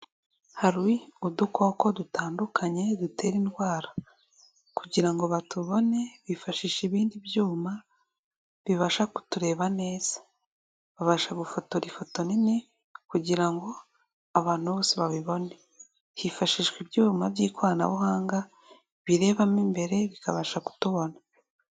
Hari udukoko dutandukanye dutera indwara kugira ngo batubone bifashisha ibindi byuma bibasha kutureba neza, babasha gufotora ifoto nini kugira ngo abantu bose babibone, hifashishwa ibyuma by'ikoranabuhanga birebamo imbere bikabasha kutubona.